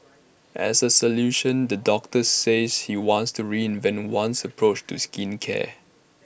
as A solution the doctor says he wants to reinvent one's approach to skincare